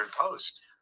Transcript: post